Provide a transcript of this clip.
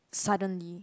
suddenly